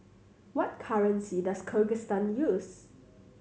what currency does Kyrgyzstan use